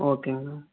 ஓகேங்கண்ணா